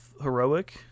heroic